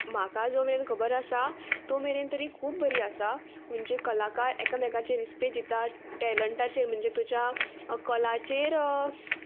म्हाका जो मेरेन खबर आसा तो मेरेन तरी खूब बरी आसा म्हणजे कलाकार एकामेकाचेर रिस्पेद दिता टॅलंटाचेर म्हणजे तुज्या कलाचेर